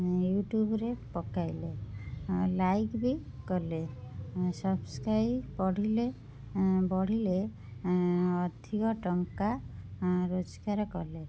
ୟୁଟୁବ୍ରେ ପକାଇଲେ ଲାଇକ୍ ବି କଲେ ସବ୍ସ୍କ୍ରାଇବ୍ ପଢ଼ିଲେ ବଢ଼ିଲେ ଅଧିକ ଟଙ୍କା ରୋଜଗାର କଲେ